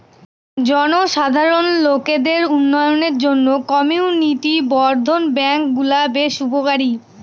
জনসাধারণ লোকদের উন্নয়নের জন্য কমিউনিটি বর্ধন ব্যাঙ্কগুলা বেশ উপকারী